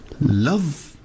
love